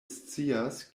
scias